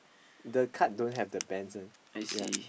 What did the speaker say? the card don't have the bends [one] ya